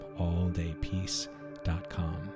alldaypeace.com